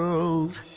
world